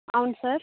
అవును సార్